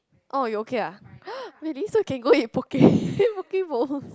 oh you okay ah really so you can go eat Poke Poke-Bowl